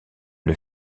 une